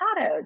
avocados